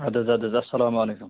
اَدٕ حظ اَدٕ حظ اسلام وعلیکُم